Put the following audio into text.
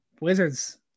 Wizards